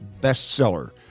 bestseller